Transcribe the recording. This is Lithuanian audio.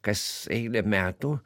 kas eilę metų